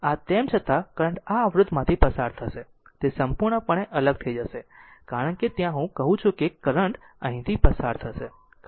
આ તેમ છતાં કરંટ આ અવરોધમાંથી પસાર થશે તે સંપૂર્ણપણે અલગ થઈ જશે કારણ કે ત્યાં હું કહું છું કે કરંટ અહીંથી પસાર થશે